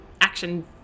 action